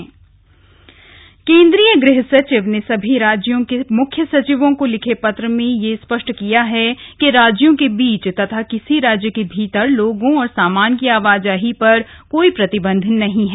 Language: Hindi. आवाजाही केंद्रीय गृहसचिव ने सभी राज्यों के मुख्य सचिवों को लिखे पत्र में यह स्पष्ट किया है कि राज्यों के बीच तथा किसी राज्य के भीतर लोगों और सामान की आवाजाही पर कोई प्रतिबंध नहीं है